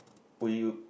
will you